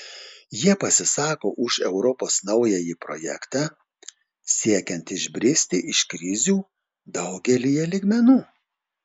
jie pasisako už europos naująjį projektą siekiant išbristi iš krizių daugelyje lygmenų